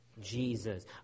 Jesus